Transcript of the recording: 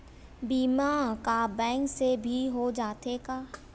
बीमा का बैंक से भी हो जाथे का?